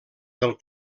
del